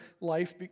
life